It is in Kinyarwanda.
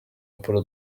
apollo